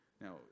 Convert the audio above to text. Now